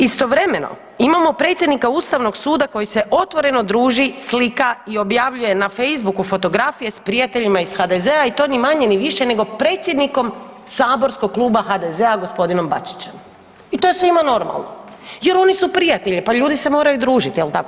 Istovremeno imamo predsjednika Ustavnog suda koji se otvoreno druži, slika i objavljuje na Facebooku fotografije s prijateljima iz HDZ-a i to, ni manje ni više, nego predsjednikom saborskog Kluba HDZ-a gospodinom Bačićem, i to je svima normalno, jer oni su prijatelji, pa ljudi se moraju družiti, je li tako?